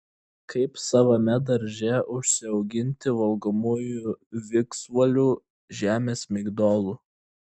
kaip savame darže užsiauginti valgomųjų viksvuolių žemės migdolų